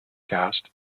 cast